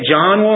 John